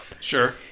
Sure